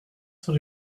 sur